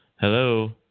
Hello